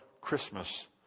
Christmas